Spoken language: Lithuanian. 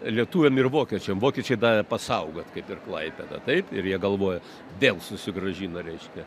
lietuviam ir vokiečiam vokiečiai davė pasaugoti kaip ir klaipėdą taip ir jie galvojo vėl susigrąžina reiškia